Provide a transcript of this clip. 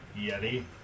yeti